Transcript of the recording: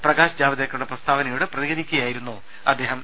പ്രകാശ് ജാവ്ദേക്കറുടെ പ്രസ്താവനയോട് പ്രതികരിക്കുകയായി രുന്നു അദ്ദേഹം